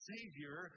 Savior